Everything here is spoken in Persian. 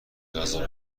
غذا